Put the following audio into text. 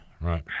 right